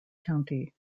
county